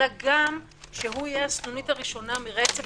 אלא גם שהוא יהיה הסנונית הראשונה ברצף